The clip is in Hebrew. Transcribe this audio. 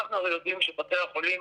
אנחנו הרי יודעים שבתי החולים